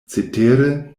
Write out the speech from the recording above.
cetere